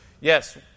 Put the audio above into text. yes